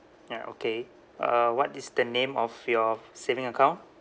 ya okay uh what is the name of your saving account